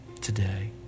Today